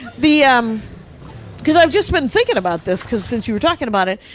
the um, cause i've just been thinking about this, cause, since you were talking about it.